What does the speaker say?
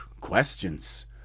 questions